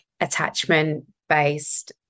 attachment-based